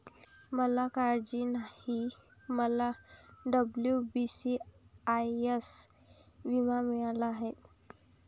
मला काळजी नाही, मला डब्ल्यू.बी.सी.आय.एस विमा मिळाला आहे